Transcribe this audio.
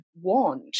want